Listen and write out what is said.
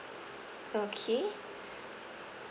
okay